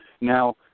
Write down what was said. Now